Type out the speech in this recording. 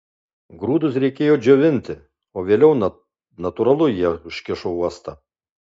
grūdus reikėjo džiovinti o vėliau natūralu jie užkišo uostą